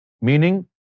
meaning